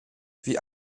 wie